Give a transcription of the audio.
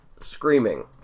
Screaming